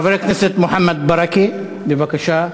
חבר הכנסת מוחמד ברכה, בבקשה.